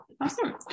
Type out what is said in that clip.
Awesome